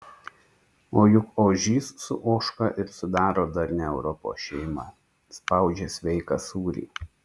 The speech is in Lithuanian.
o juk ožys su ožka ir sudaro darnią europos šeimą spaudžia sveiką sūrį